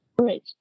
right